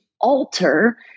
alter